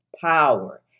power